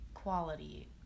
quality